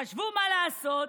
חשבו מה לעשות.